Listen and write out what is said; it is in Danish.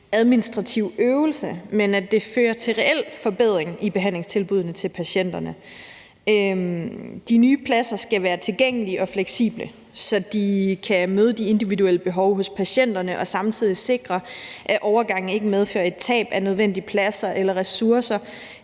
administrativ øvelse, men at den fører til reel forbedring i behandlingstilbuddene til patienterne. De nye pladser skal være tilgængelige og fleksible, så de kan møde de individuelle behov hos patienterne og samtidig sikre, at overgangen ikke medfører et tab af nødvendige pladser eller ressourcer